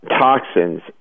Toxins